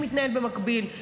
שמתנהל במקביל.